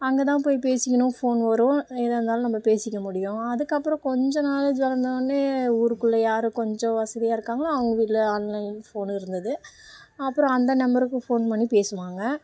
அங்கே தான் போய் பேசிக்கணும் ஃபோன் வரும் எதாக இருந்தாலும் நம்ம பேசிக்க முடியும் அதுக்கப்புறம் கொஞ்சம் நாலேஜ் வளந்தவொடனே ஊருக்குள்ளே யார் கொஞ்சம் வசதியாக இருக்காங்களோ அவங்க வீட்டில் ஆன்லைன் ஃபோன் இருந்தது அப்புறம் அந்த நம்பருக்கு ஃபோன் பண்ணி பேசுவாங்க